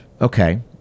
okay